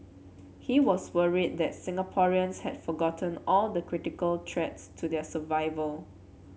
he was worried that Singaporeans had forgotten all the critical threats to their survival